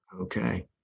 Okay